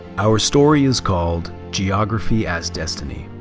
our story is called geography as destiny,